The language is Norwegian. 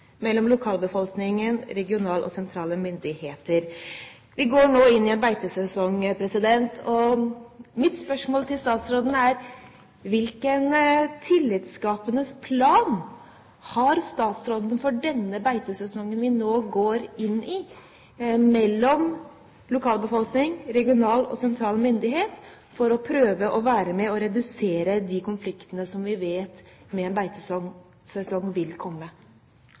mellom lokalbefolkning og regionale og sentrale myndigheter.» Vi går nå inn i en beitesesong. Mitt spørsmål til statsråden er: Hvilken plan har statsråden for denne beitesesongen vi nå går inn i for å skape tillit mellom lokalbefolkning og regional og sentral myndighet og prøve å redusere de konfliktene som vi vet vil komme med en